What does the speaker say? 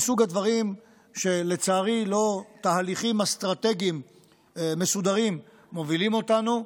מסוג הדברים שלצערי לא תהליכים אסטרטגיים מסודרים מובילים אותנו.